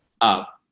up